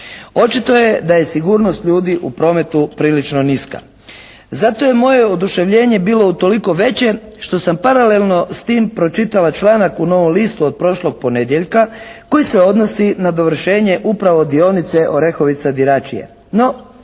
Očito je da je sigurnost ljudi u prometu prilično niska. Zato je moje oduševljenje bilo utoliko veće što sam paralelno s tim pročitala članaka u novom listu od prošlog ponedjeljka koji se odnosi na dovršenje upravo dionice Orehovica-Diračija. No,